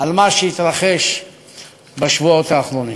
על מה שהתרחש בשבועות האחרונים.